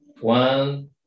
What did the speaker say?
one